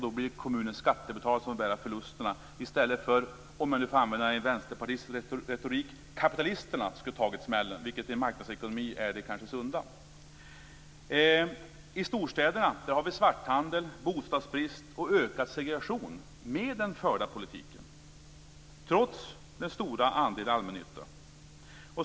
Då blir det kommunernas skattebetalare som får bära förlusterna i stället för att - om jag får använda vänsterretorik - kapitalisterna skulle ha tagit smällen, vilket i marknadsekonomin kanske är det sunda. I storstäderna har vi svarthandel, bostadsbrist och ökad segregation med den förda politiken, trots den stora andelen allmännyttan.